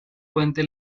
puente